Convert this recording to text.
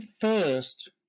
first